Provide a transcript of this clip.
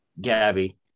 Gabby